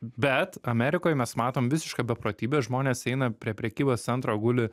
bet amerikoj mes matom visišką beprotybę žmonės eina prie prekybos centro guli